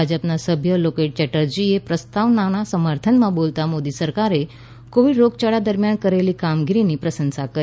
ભાજપના સભ્ય લોકેટ ચેટર્જીએ પ્રસ્તાવના સમર્થનમાં બોલતાં મોદી સરકારે કોવિડ રોગયાળા દરમિયાન કરેલી કામગીરીની પ્રશંસા કરી